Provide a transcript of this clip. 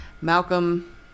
Malcolm